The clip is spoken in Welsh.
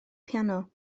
piano